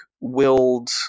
willed